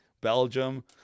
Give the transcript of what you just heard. Belgium